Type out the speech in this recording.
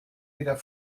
wieder